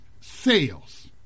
sales